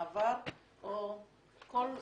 כרטיס מעבר או כל אמצעי אחר?